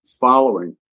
following